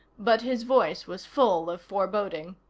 but his voice was full of foreboding.